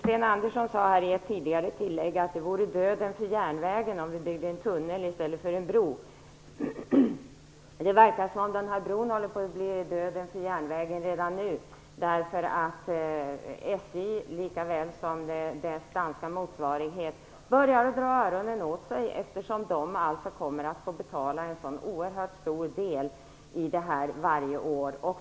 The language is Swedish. Sten Andersson sade i ett tidigare inlägg att det vore döden för järnvägen om vi byggde en tunnel i stället för en bro. Det verkar som om den här bron håller på att bli döden för järnvägen redan nu. SJ liksom företagets danska motsvarighet börjar dra öronen åt sig. De kommer att få betala en oerhört stor del av kostnaderna varje år.